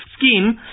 scheme